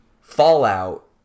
Fallout